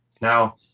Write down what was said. Now